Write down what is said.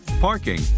parking